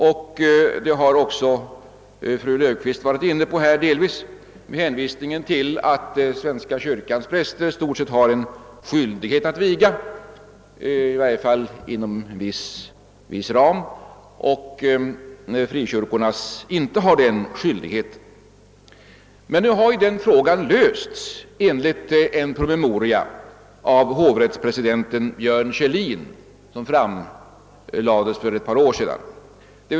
Den frågan har också fru Löfqvist delvis varit inne på när hon hänvisades till att svenska kyrkans präster i stort sett har skyldighet att viga — i varje fall inom viss ram — medan frikyrkornas präster inte har den skyldigheten. Men nu har ju den frågan lösts enligt en PM av hovrättspresidenten Björn Kjellin, som framlades för ett par år sedan.